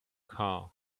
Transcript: car